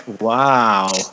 Wow